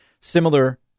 similar